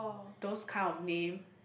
those kind of name